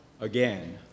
again